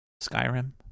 Skyrim